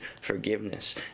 forgiveness